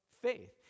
faith